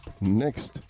next